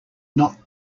not